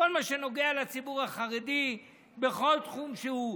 כל מה שנוגע לציבור החרדי בכל תחום שהוא.